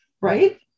right